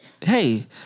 Hey